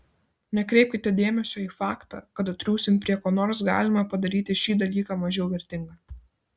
nekreipkime dėmesio į faktą kad triūsiant prie ko nors galima padaryti šį dalyką mažiau vertingą